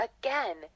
Again